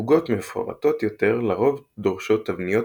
עוגות מפורטות יותר לרוב דורשות תבניות